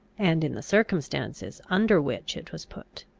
and in the circumstances under which it was put.